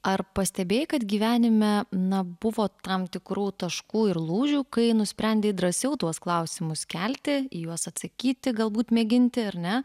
ar pastebėjai kad gyvenime na buvo tam tikrų taškų ir lūžių kai nusprendei drąsiau tuos klausimus kelti į juos atsakyti galbūt mėginti ar ne